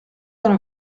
dans